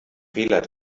fehler